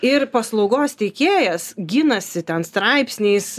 ir paslaugos teikėjas ginasi ten straipsniais